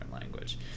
language